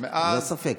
ללא ספק,